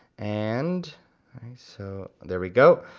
and so there we go.